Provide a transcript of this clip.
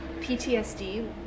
PTSD